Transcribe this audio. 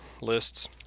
lists